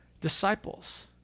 disciples